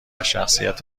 شخصیت